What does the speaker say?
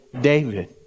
David